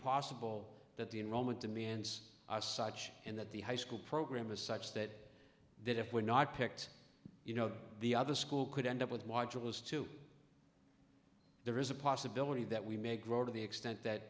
possible that the enrollment demands are such and that the high school program is such that that if we're not picked you know the other school could end up with modules two there is a possibility that we may grow to the extent that